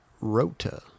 Rota